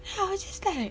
ah then I was just like